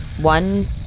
one